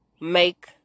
make